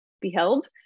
beheld